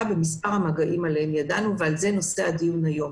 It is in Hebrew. במספר המגעים עליהם ידענו ועל זה נושא הדיון היום.